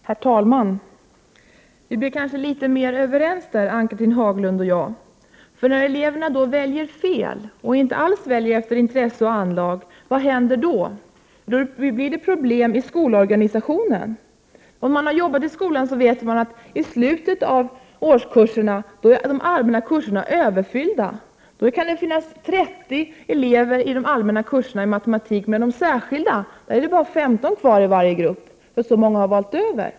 Herr talman! Vi blir kanske litet mer överens nu, Ann-Cathrine Haglund och jag. Vad händer då eleverna väljer fel och inte alls väljer efter intresse och anlag? Då uppstår problem i skolorganisationen. Den som har arbetat i skolan vet att de grupper som har allmän kurs är överfyllda vid slutet av läsåret. Då kan det finnas 30 elever i de grupper som har allmän matematik, medan det i de grupper som har särskild kurs är bara 15 elever kvar, eftersom så många har bytt.